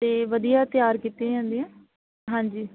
ਅਤੇ ਵਧੀਆ ਤਿਆਰ ਕੀਤੀਆਂ ਜਾਂਦੀਆਂ ਹਾਂਜੀ